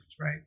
right